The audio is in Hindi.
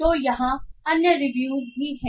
तो यहां अन्य रिव्यूज भी हैं